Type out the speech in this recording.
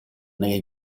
nelle